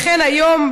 היום,